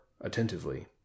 attentively